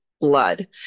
blood